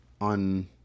on